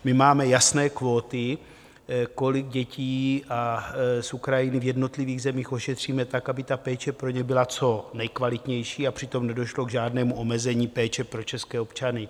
My máme jasné kvóty, kolik dětí z Ukrajiny v jednotlivých zemích ošetříme tak, aby ta péče pro ně byla co nejkvalitnější a přitom nedošlo k žádnému omezení péče pro české občany.